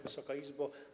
Wysoka Izbo!